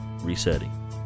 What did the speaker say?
resetting